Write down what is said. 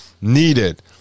needed